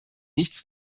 nichts